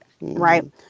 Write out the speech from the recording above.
right